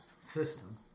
system